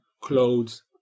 clothes